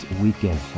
weekend